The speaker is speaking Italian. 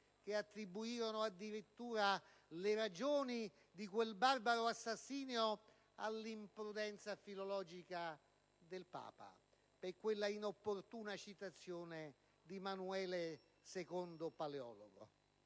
attribuirono le ragioni di quel barbaro assassinio all'imprudenza filologica del Papa, per quella inopportuna citazione di Manuele II Palelologo.